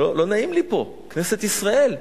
לא נעים לי פה, כנסת ישראל.